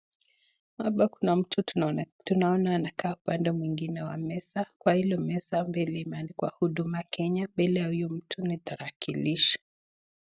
Hapa kuna mtu tunaona anakaa upande mwingine wa meza. Kwa hilo meza mbele imeandikwa huduma kenya, mbele ya huyo mtu ni tarakilishi.